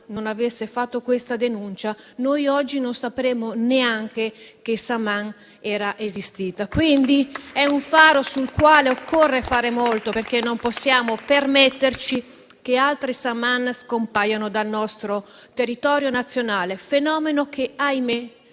non avesse fatto questa denuncia, oggi non sapremmo neanche che Saman è esistita. È quindi un faro sul quale occorre fare molto, perché non possiamo permetterci che altre Saman scompaiano dal nostro territorio nazionale. Si tratta di un fenomeno che, ahimè,